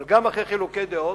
אבל גם אחרי חילוקי דעות,